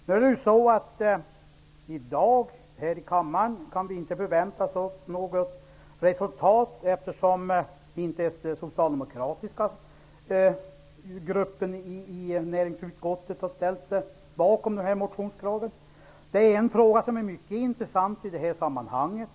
Vi kan inte förvänta oss något resultat i dag här i kammaren eftersom den socialdemokratiska gruppen i näringsutskottet inte har ställt sig bakom motionskravet. Det finns en fråga som är mycket intressant i det här sammanhanget.